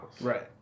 Right